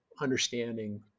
understanding